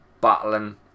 battling